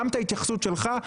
גם את ההתייחסות שלך.